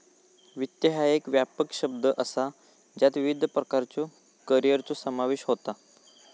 वित्त ह्या एक व्यापक शब्द असा ज्यात विविध प्रकारच्यो करिअरचो समावेश होता